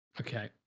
Okay